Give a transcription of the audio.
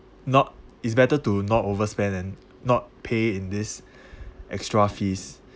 not it's better to not overspend and not pay in this extra fees